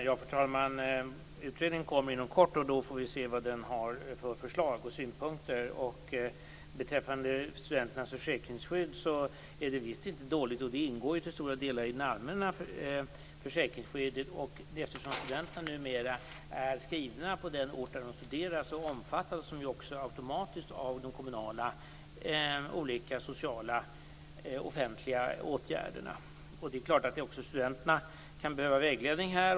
Fru talman! Utredningen kommer inom kort. Då får vi se vad den har för förslag och synpunkter. Beträffande studenternas försäkringsskydd är det visst inte dåligt. Det ingår till stora delar i det allmänna försäkringsskyddet. Eftersom studenterna numera är skrivna på den ort där de studerar omfattas de också automatiskt av de kommunala olika sociala offentliga åtgärderna. Det är klart att också studenterna kan behöva vägledning här.